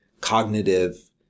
cognitive